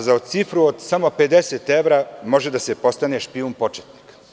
Za cifru od samo 50 evra može da se postane špijun početnik.